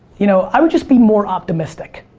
you know i would just be more optimistic.